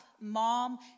mom